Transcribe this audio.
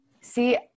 See